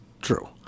true